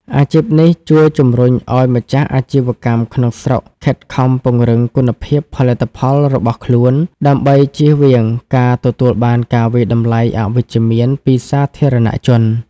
អាជីពនេះជួយជំរុញឱ្យម្ចាស់អាជីវកម្មក្នុងស្រុកខិតខំពង្រឹងគុណភាពផលិតផលរបស់ខ្លួន ដើម្បីជៀសវាងការទទួលបានការវាយតម្លៃអវិជ្ជមានពីសាធារណជន។